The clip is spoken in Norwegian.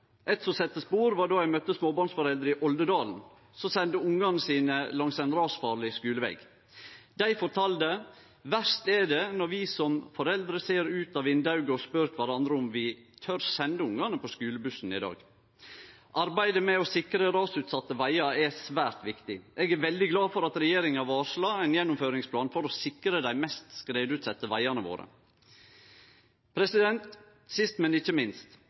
Eit som sette spor, var då eg møtte småbarnsforeldre i Oldedalen som sende ungane sine langs ein rasfarleg skuleveg. Dei fortalde: Verst er det når vi som foreldre ser ut av vindauget og spør kvarandre om vi tør sende ungane på skulebussen i dag. Arbeidet med å sikre rasutsette vegar er svært viktig. Eg er veldig glad for at regjeringa har varsla ein gjennomføringsplan for å sikre dei mest skredutsette vegane våre. Sist, men ikkje minst: